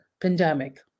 pandemic